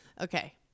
Okay